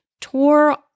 tore